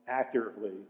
accurately